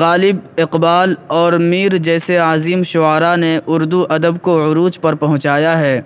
غالب اقبال اور میر جیسے عظیم شعراء نے اردو ادب کو عروج پر پہنچایا ہے